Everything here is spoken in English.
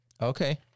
Okay